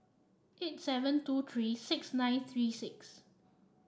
eight seven two three six nine three six